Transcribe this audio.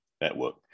network